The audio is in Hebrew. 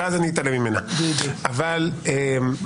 אז אני אתעלם ממנה או שלא.